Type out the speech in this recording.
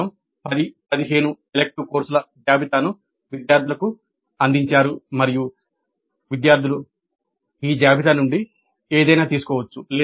కేవలం పది పదిహేను ఎలెక్టివ్ కోర్సుల జాబితాను విద్యార్థులకు అందించారు మరియు విద్యార్థులు ఈ జాబితా నుండి ఏదైనా తీసుకోవచ్చు